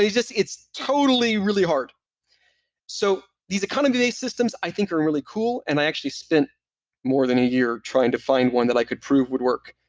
it's it's totally really hard so these economy based systems, i think are and really cool, and i actually spent more than a year trying to find one that i could prove would work.